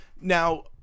Now